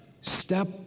step